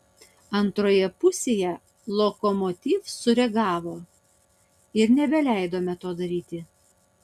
antroje pusėje lokomotiv sureagavo ir nebeleidome to daryti